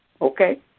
Okay